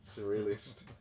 surrealist